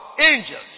Angels